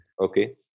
Okay